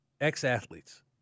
ex-athletes